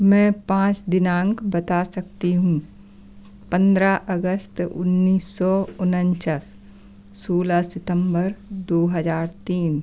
मैं पाँच दिनांक बता सकती हूँ पन्द्रह अगस्त उन्नीस सौ उनचास सोलह सितंबर दो हज़ार तीन